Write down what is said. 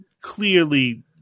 clearly